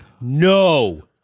No